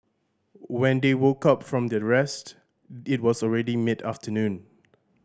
when they woke up from their rest it was already mid afternoon